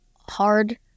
hard